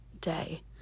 day